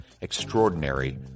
Extraordinary